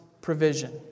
provision